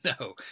No